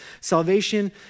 Salvation